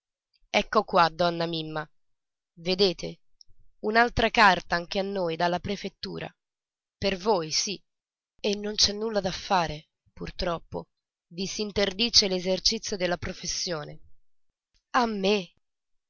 ecco qua donna mimma vedete un'altra carta anche a noi dalla prefettura per voi sì e non c'è nulla da fare purtroppo vi s'interdice l'esercizio della professione a me